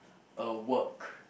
a work